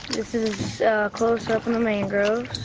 this is a close-up in the mangroves.